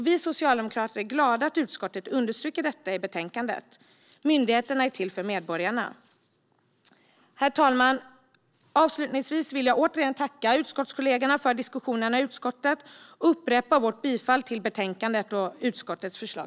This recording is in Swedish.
Vi socialdemokrater är glada att utskottet understryker detta i betänkandet. Myndigheterna är till för medborgarna. Herr talman! Avslutningsvis vill jag åter tacka utskottskollegorna för diskussionerna i utskottet och upprepa att jag yrkar bifall till utskottets förslag.